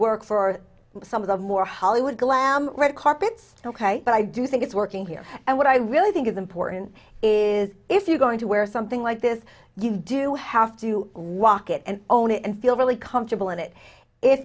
work for some of the more hollywood glam red carpets ok but i do think it's working here and what i really think is important is if you're going to wear something like this you do have to walk it and own it and feel really comfortable in it i